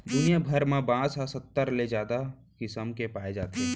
दुनिया भर म बांस ह सत्तर ले जादा किसम के पाए जाथे